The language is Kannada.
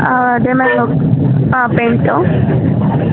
ಹಾಂ ಅದೇ ಮ್ಯಾಮ್ ಹಾಂ ಪೇಂಟು